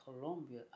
Colombia